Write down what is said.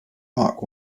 mark